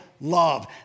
love